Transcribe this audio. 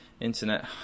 internet